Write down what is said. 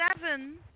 seven